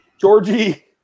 Georgie